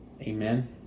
Amen